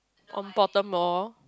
on Pottermore